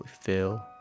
fill